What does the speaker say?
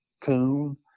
coon